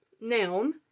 noun